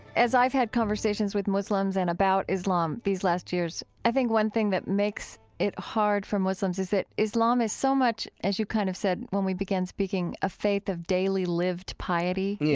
as i've had conversations with muslims and about islam these last years, i think one thing that makes it hard for muslims is that islam is so much, as you kind of said when we began speaking, a faith of daily-lived piety. yeah